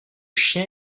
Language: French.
chien